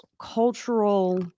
cultural